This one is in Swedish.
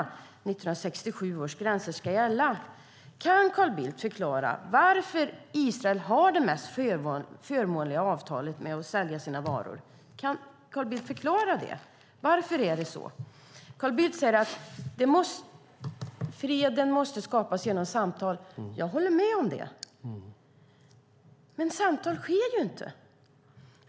1967 års gränser ska gälla. Kan Carl Bildt förklara varför Israel har det mest förmånliga avtalet för att sälja sina varor? Varför är det så? Carl Bildt säger att freden måste skapas genom samtal. Jag håller med om det. Men samtal sker ju inte!